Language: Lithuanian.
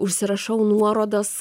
užsirašau nuorodas